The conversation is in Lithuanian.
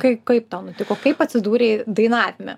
kai kaip tau nutiko kaip atsidūrei dainavime